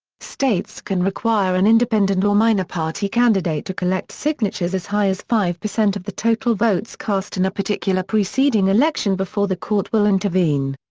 states can require an independent or minor party candidate to collect signatures as high as five percent of the total votes cast in a particular preceding election before the court will intervene.